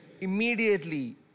immediately